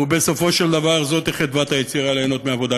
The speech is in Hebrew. ובסופו של דבר זאת חדוות היצירה, ליהנות מעבודה.